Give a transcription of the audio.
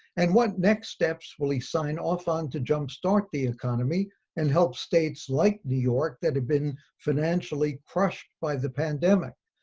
and what next steps will he sign off on to jumpstart the economy and help states like new york that have been financially crushed by the pandemic.